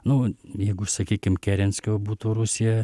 nu jeigu sakykim kerenskio būtų rusija